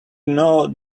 know